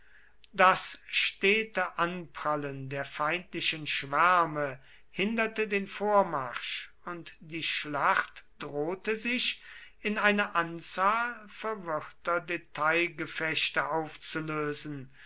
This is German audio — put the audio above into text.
das stete anprallen der feindlichen schwärme hinderte den vormarsch und die schlacht drohte sich in eine anzahl verwirrter detailgefechte aufzulösen